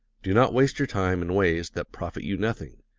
do not waste your time in ways that profit you nothing.